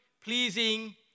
pleasing